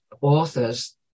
authors